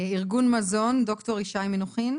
ארגון מזון, ד"ר ישי מנוחין.